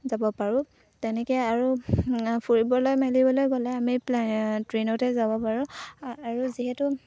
যাব পাৰোঁ তেনেকৈ আৰু ফুৰিবলৈ মেলিবলৈ গ'লে আমি ট্ৰেইনতে যাব পাৰোঁ আৰু যিহেতু